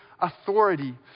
authority